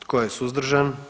Tko je suzdržan?